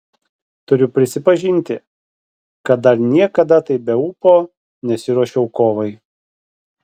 turiu prisipažinti kad dar niekada taip be ūpo nesiruošiau kovai